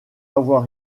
avoir